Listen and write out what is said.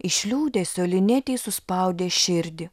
iš liūdesio linetei suspaudė širdį